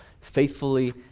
faithfully